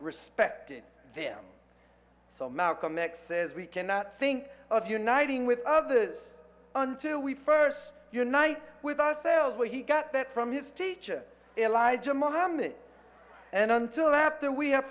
respected them so malcolm x says we cannot think of uniting with others until we first unite with ourselves where he got that from his teacher elijah mohammed and until after we